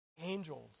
Angels